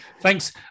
thanks